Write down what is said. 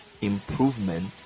improvement